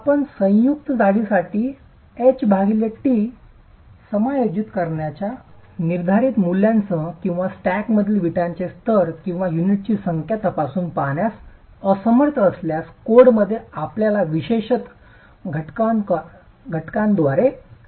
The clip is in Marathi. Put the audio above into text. आपण संयुक्त जाडीसाठी h t समायोजित करण्याच्या निर्धारित मूल्यांसह किंवा स्टॅकमधील विटांचे स्तर किंवा युनिटची संख्या तपासून पहाण्यास असमर्थ असल्यास कोडमध्ये आपल्याला विशेषत घटकांद्वारे दिले जाऊ शकते